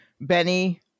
Benny